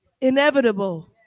inevitable